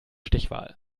stichwahl